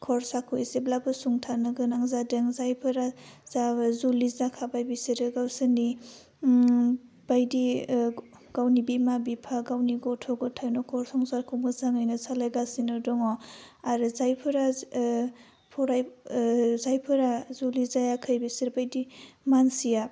खरसाखौ एसेब्लाबो सुंथानो गोनां जादों जायफोरा जाबाय जुलि जाखाबाय बिसोरो गावसोरनि बायदियै गावनि बिमा बिफा गावनि गथ' ग'थाइ नख'र संसारखौ मोजाङैनो सलायगासिनो दङ आरो जायफोरा एसे फराय जायफोरा जुलि जायाखै बिसोरबायदि मानसिया